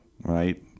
right